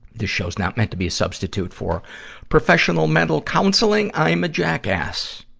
this show's not meant to be a substitute for professional mental counseling. i am a jackass.